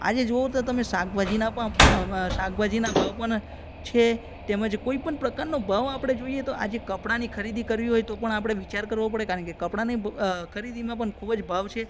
આજે જુઓ તો તમે શાકભાજીના પણ શાકભાજીના ભાવ પણ છે તેમજ કોઈપણ પ્રકારનો ભાવ આપણે જોઈએ તો આજે કપડાંની ખરીદી કરવી હોય તો પણ આપણે વિચાર કરવો પડે કારણકે કપડાંની ખરીદીમાં પણ ખૂબ જ ભાવ છે